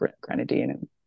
grenadine